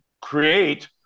create